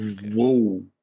whoa